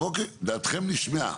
אוקיי דעתכם נשמעה.